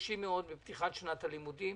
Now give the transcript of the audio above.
חוששים מאוד מפתיחת שנת הלימודים.